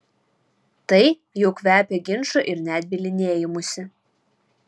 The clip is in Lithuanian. tai jau kvepia ginču ir net bylinėjimusi